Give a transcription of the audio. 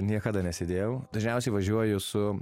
niekada nesėdėjau dažniausiai važiuoju su